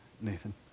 Nathan